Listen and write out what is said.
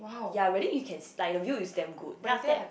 ya really you can see like the view is damn good then after that